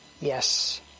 yes